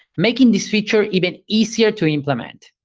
making this feature even easier to implement.